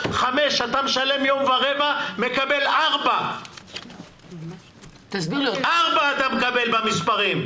אתה משלם יום ורבע ומקבל 4. 4 אתה מקבל במספרים.